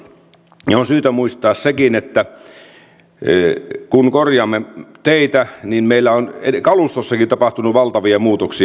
ja on syytä muistaa sekin että kun korjaamme teitä niin meillä on kalustossakin tapahtunut valtavia muutoksia